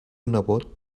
nebot